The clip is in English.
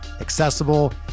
accessible